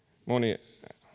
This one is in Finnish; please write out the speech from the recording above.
moni